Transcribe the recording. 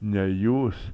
ne jūs